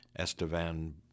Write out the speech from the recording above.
Estevan